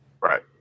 Right